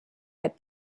had